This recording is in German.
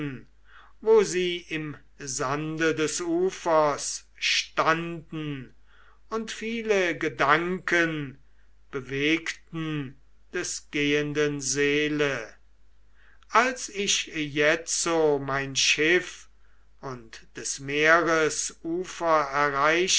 wo sie im sande des ufers standen und viele gedanken bewegten des gehenden seele als ich jetzo mein schiff und des meeres ufer